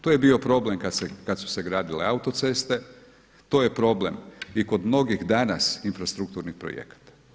To je bio problem kada su se gradile autoceste, to je problem i kod mnogih danas infrastrukturni projekata.